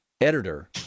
editor